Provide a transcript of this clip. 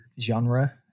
genre